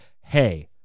hey